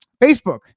Facebook